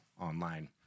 online